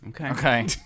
okay